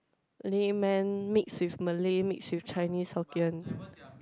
layman mix with malay mix with Chinese Hokkien